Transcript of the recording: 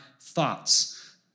thoughts